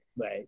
Right